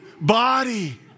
body